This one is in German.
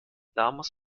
lamas